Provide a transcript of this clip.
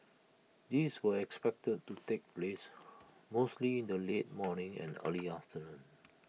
these were expected to take place mostly in the late morning and early afternoon